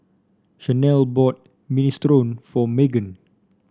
Shanelle bought Minestrone for Meggan